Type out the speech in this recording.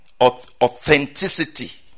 authenticity